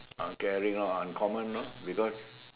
uncaring ah uncommon orh because